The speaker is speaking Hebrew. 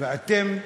ואתם מתעקשים,